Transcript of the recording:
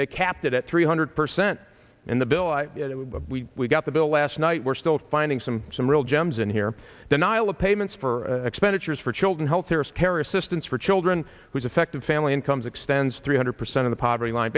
they kept it at three hundred percent in the bill we we got the bill last night we're still finding some some real gems in here the nile of payments for expenditures for children health care scare assistance for children who's affected family incomes extends three hundred percent of the poverty line